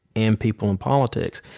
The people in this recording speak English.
and people in politics,